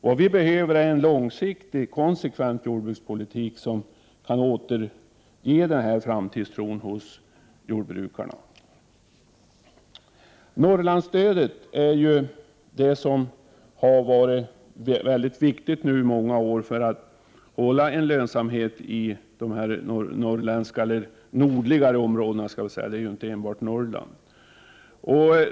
Vad vi behöver är en långsiktig, konsekvent jordbrukspolitik som kan återge jordbrukarna framtidstron. Norrlandsstödet har ju varit mycket viktigt under många år för att man skall kunna behålla en lönsamhet i de nordliga områdena; det gäller ju inte enbart Norrland.